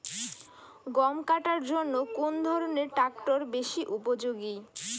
গম কাটার জন্য কোন ধরণের ট্রাক্টর বেশি উপযোগী?